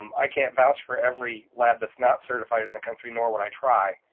um i can't vouch for every lab that's not certified in the country nor would i try.